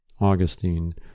Augustine